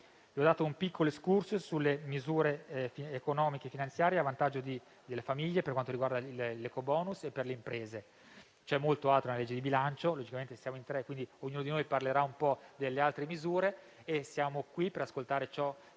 qui. Ho fatto un piccolo *excursus* sulle misure economiche e finanziarie a vantaggio delle famiglie, per quanto riguarda l'ecobonus, e delle imprese. C'è molto altro nel disegno di legge di bilancio. Siamo in tre, quindi ognuno di noi parlerà un po' di misure diverse. Siamo qui per ascoltare ciò